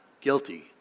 guilty